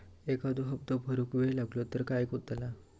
एखादो हप्तो भरुक वेळ लागलो तर काय होतला?